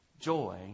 Joy